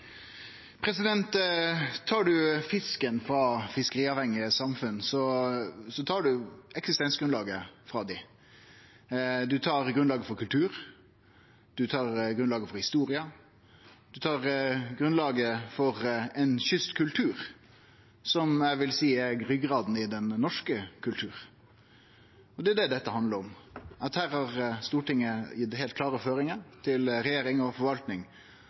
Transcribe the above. Tar ein fisken frå fiskeriavhengige samfunn, tar ein eksistensgrunnlaget frå dei. Ein tar grunnlaget for kultur og historia, ein tar grunnlaget for ein kystkultur som eg vil seie er ryggrada i den norske kulturen. Det er det dette handlar om. Her har Stortinget gitt heilt klare føringar til regjering og forvaltning